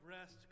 rest